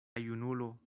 junulo